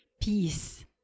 Peace